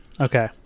Okay